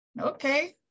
Okay